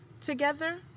together